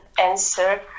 answer